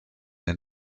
den